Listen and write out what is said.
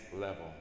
level